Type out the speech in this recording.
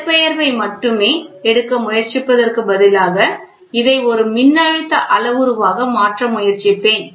இடப்பெயர்வை மட்டுமே எடுக்க முயற்சிப்பதற்கு பதிலாக இதை ஒரு மின்னழுத்த அளவுருவாக மாற்ற முயற்சிப்பேன்